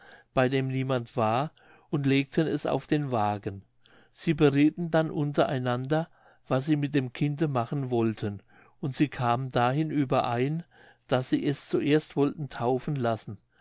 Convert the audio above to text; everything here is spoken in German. bei dem niemand war und legten es auf den wagen sie beriethen dann unter einander was sie mit dem kinde machen wollten und sie kamen dahin überein daß sie es zuerst wollten taufen lassen